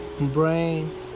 brain